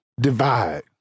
divide